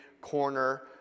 corner